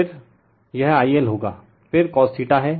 फिर यह I L होगा फिर cosθ हैं